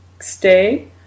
stay